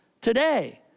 today